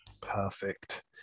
Perfect